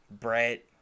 brett